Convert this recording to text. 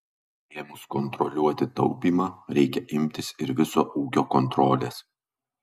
ėmus kontroliuoti taupymą reikia imtis ir viso ūkio kontrolės